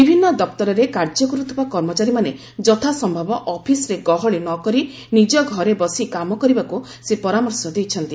ବିଭିନ୍ନ ଦପ୍ତରରେ କାର୍ଯ୍ୟକରୁଥିବା କର୍ମଚାରୀମାନେ ଯଥାସ୍ୟବ ଅଫିସ୍ରେ ଗହଳି ନ କରି ନିଜ ଘରେ ବସି କାମ କରିବାକୁ ସେ ପରାମର୍ଶ ଦେଇଛନ୍ତି